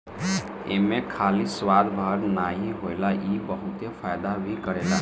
एमे खाली स्वाद भर नाइ होला इ बहुते फायदा भी करेला